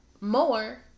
more